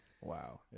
Wow